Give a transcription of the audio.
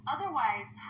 Otherwise